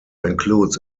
includes